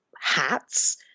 hats